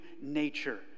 nature